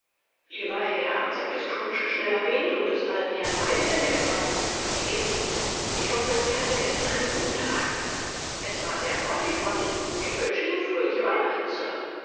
lieber herr sagte scrooge schneller gehend und des alten herrn beide hände ergreifend wie geht's ihnen ich hoffe sie hatten gestern einen guten tag es war sehr freundlich von ihnen ich wünsche ihnen fröhliche weihnachten sir